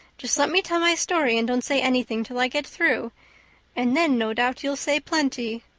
just let me tell my story and don't say anything till i get through and then no doubt you'll say plenty,